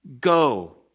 Go